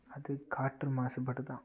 அது காற்று மாசுபாடு தான்